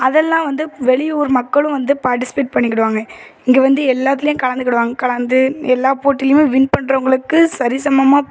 அதெல்லாம் வந்து வெளியூர் மக்களும் வந்து பார்ட்டிசிபேட் பண்ணிக்டுவாங்க இங்கே வந்து எல்லாத்திலையும் கலந்துக்குடுவாங்க கலந்து எல்லா போட்டியிலையுமே வின் பண்ணுறவங்களுக்கு சரி சமமாக